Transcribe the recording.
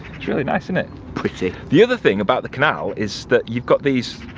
it's really nice isn't it? pretty. the other thing about the canal, is that you've got these.